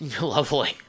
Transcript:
lovely